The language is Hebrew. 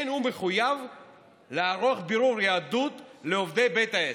אין הוא מחויב לערוך בירור יהדות לעובדי בית העסק.